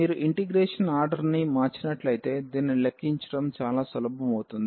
మీరు ఇంటిగ్రేషన్ ఆర్డర్ని మార్చినట్లయితే దీనిని లెక్కించడం చాలా సులభం అవుతుంది